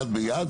יד ביד,